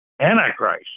antichrist